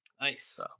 Nice